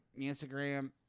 Instagram